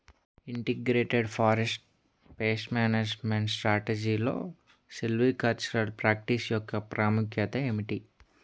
Integrated forest pest management స్ట్రాటజీలో silvicultural practice యెక్క ప్రాముఖ్యత ఏమిటి??